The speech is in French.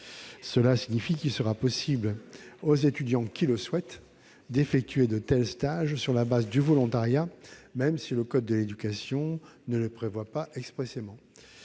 Cela signifie qu'il sera possible aux étudiants d'effectuer de tels stages sur la base du volontariat, même si le code de l'éducation ne le prévoit pas expressément.